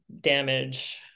damage